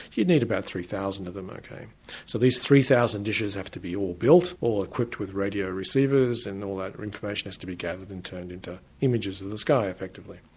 you'd need about three thousand of them. so these three thousand dishes have to be all built, all equipped with radio receivers and all that information has to be gathered and turned into images of the sky, effectively.